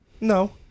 No